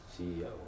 CEO